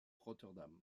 rotterdam